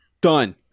Done